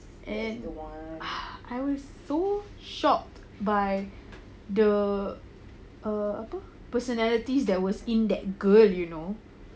and I was so shocked by the err apa personalities that was in that girl you know